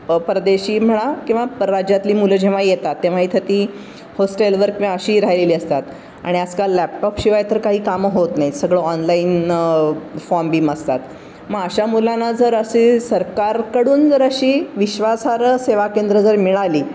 परदेशी म्हणा किंवा परराज्यातली मुलं जेव्हा येतात तेव्हा इथं ती होस्टेलवर अशी राहिलेली असतात आणि आजकाल लॅपटॉपशिवाय तर काही कामं होत नाहीत सगळं ऑनलाईन फॉम बिम असतात मग अशा मुलांना जर असे सरकारकडून जर अशी विश्वासार्ह सेवा केंद्रं जर मिळाली